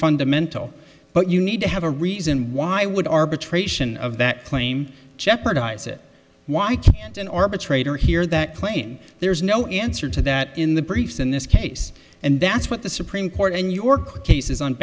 fundamental but you need to have a reason why would arbitration of that claim jeopardize it why can't an arbitrator hear that claim there's no answer to that in the briefs in this case and that's what the supreme court in your cases on